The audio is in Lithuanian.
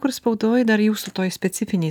kur spaudoj dar jūsų toj specifinėj